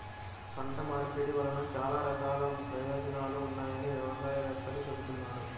పంట మార్పిడి వలన చాలా రకాల ప్రయోజనాలు ఉన్నాయని వ్యవసాయ వేత్తలు చెబుతున్నారు